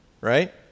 Right